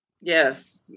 Yes